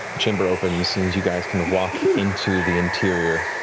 chamber opens. and as you guys kind of walk into the interior,